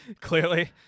clearly